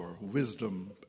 wisdom